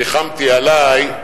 ריחמתי עלי,